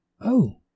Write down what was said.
Oh